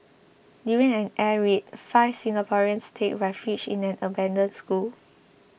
during an air raid five Singaporeans take refuge in an abandoned school